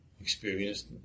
experienced